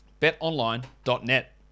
BetOnline.net